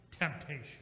temptation